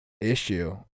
issue